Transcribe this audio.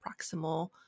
proximal